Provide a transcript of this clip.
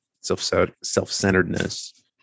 self-centeredness